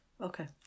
Okay